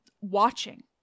watching